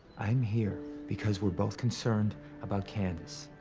i am here because we're both concerned about candace.